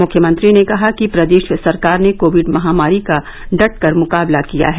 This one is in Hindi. मुख्यमंत्री ने कहा कि प्रदेश सरकार ने कोविड महामारी का डटकर मुकाबला किया है